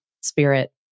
spirit